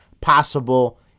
possible